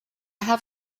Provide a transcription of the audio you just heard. have